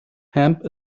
hemp